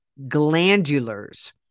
glandulars